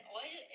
oil